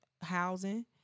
housing